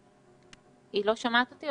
היא לא שומעת אותי?